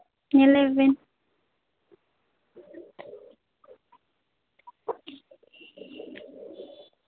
ᱧᱮᱞᱮᱵᱮᱱ